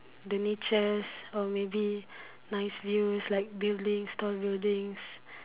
the natures or maybe nice views like buildings tall buildings